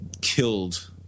killed